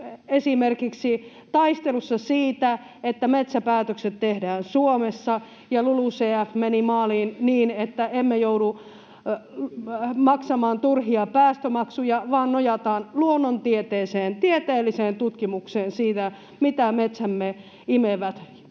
esimerkiksi taistelussa siitä, että metsäpäätökset tehdään Suomessa. Ja LULUCF meni maaliin niin, että emme joudu maksamaan turhia päästömaksuja vaan nojataan luonnontieteeseen, tieteelliseen tutkimukseen siitä, mitä metsämme imevät